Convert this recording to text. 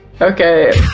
Okay